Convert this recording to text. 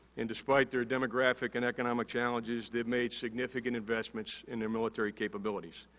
and, despite their demographic and economic challenges, they've made significant investments in their military capabilities.